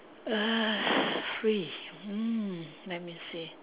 uh free mm let me see